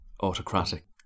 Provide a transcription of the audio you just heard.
autocratic